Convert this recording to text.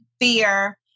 fear